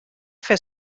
fer